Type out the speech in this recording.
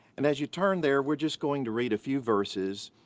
and as you turn there, we're just going to read a few verses,